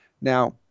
Now